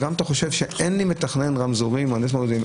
וגם אם אתה חושב שאין לי מתכנן רמזורים או מהנדס רמזורים,